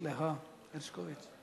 סליחה, הרשקוביץ.